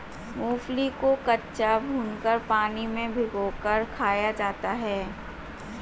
मूंगफली को कच्चा, भूनकर, पानी में भिगोकर खाया जाता है